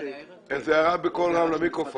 ערעור רק על המוסדות